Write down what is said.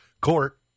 Court